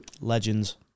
legends